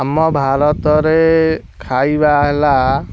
ଆମ ଭାରତରେ ଖାଇବା ହେଲା